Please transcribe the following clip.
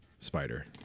Spider